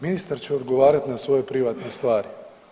Ministar će odgovarati na svoje privatne stvari.